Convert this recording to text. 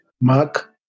Mark